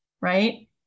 right